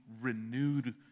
renewed